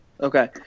Okay